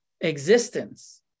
existence